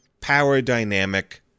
power-dynamic